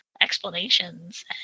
explanations